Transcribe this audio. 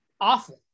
awful